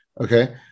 Okay